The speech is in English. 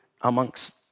amongst